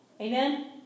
Amen